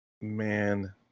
man